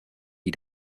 die